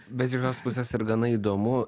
bet iš kitos pusės ir gana įdomu